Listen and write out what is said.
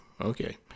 okay